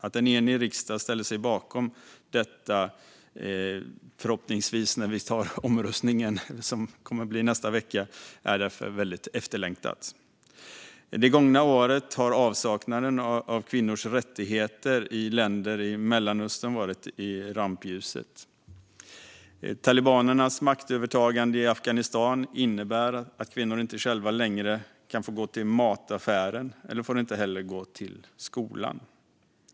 Att en enig riksdag förhoppningsvis ställer sig bakom detta krav vid omröstningen som sker i nästa vecka är därför efterlängtat. Det gångna året har avsaknaden av kvinnors rättigheter i länder i Mellanöstern varit i rampljuset. Talibanernas maktövertagande i Afghanistan innebär att kvinnor inte längre själva kan gå till mataffären och inte heller får gå i skolan.